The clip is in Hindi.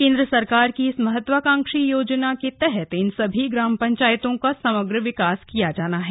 केन्द्र सरकार की इस महत्वकांक्षी योजना के तहत इन सभी ग्राम पंचायतों का समग्र विकास किया जाना है